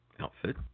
outfit